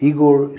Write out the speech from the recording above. Igor